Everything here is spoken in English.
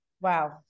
Wow